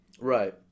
Right